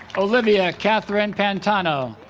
olivia katherine pantano